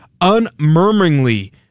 unmurmuringly